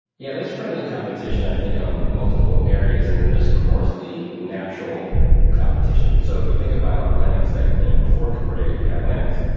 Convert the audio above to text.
yeah, there's friendly competition i think on multiple areas, and in this course, the natural competition. so if you think about linux, like you know before kubernetes, we have linux.